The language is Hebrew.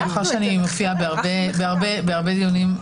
כיוון שאני מופיעה הרבה בדיונים,